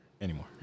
anymore